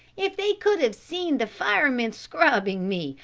if they could have seen the firemen scrubbing me,